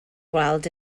gweld